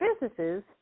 businesses